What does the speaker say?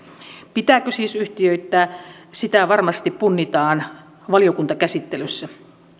pitääkö siis yhtiöittää sitä varmasti punnitaan valiokuntakäsittelyssä